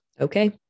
Okay